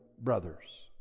brothers